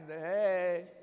Hey